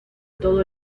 todo